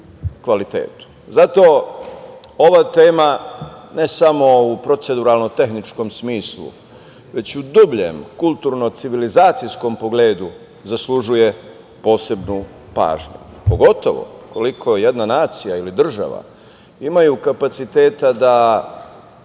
Zato ova tema ne samo u proceduralnom tehničkom smislu, već u dubljem kulturno-civilizacijskom pogledu zaslužuje posebnu pažnju. Pogotovo koliko jedna nacija ili država imaju kapaciteta da